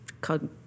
called